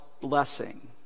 blessing